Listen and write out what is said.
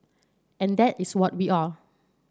and that is what we are